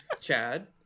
Chad